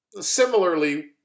similarly